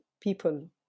people